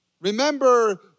Remember